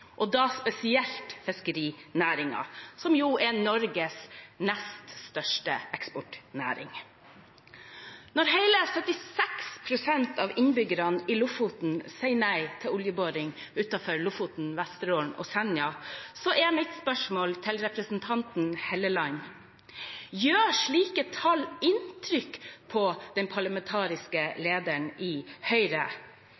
og da spesielt fiskerinæringen, som jo er Norges nest største eksportnæring. Når hele 76 pst. av innbyggerne i Lofoten sier nei til oljeboring utenfor Lofoten, Vesterålen og Senja, er mitt spørsmål til representanten Helleland: Gjør slike tall inntrykk på den parlamentariske